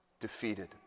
defeated